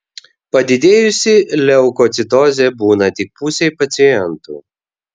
padidėjusi leukocitozė būna tik pusei pacientų